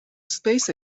space